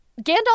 Gandalf